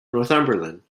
northumberland